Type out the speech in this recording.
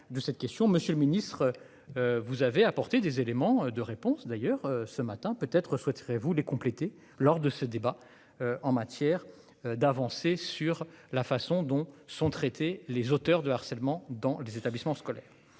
Monsieur le Ministre. Vous avez apporté des éléments de réponse. D'ailleurs ce matin peut-être souhaiterez-vous les compléter lors de ce débat. En matière d'avancer sur la façon dont sont traitées les auteurs de harcèlement dans les établissements scolaires